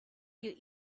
you